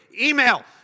email